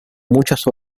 muchas